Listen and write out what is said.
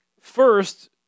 first